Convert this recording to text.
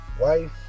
wife